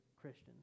Christian